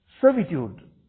servitude